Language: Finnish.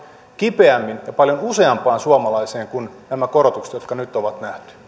kipeämmin ja paljon useampaan suomalaiseen kuin nämä korotukset jotka nyt on